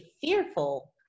fearful